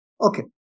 Okay